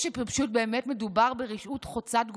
או שפשוט באמת מדובר ברשעות חוצת גבולות,